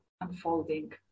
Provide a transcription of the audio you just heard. unfolding